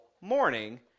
morning